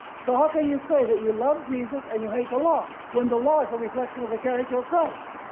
so how can you say that you love jesus and you hate the law when the law is a reflection of the character of christ,